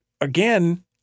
again